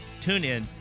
TuneIn